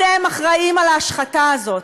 אתם אחראים להשחתה הזאת.